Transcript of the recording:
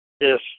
Yes